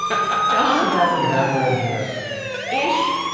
um doesn't have red hair ish.